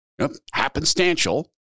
happenstantial